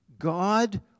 God